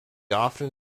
often